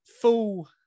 full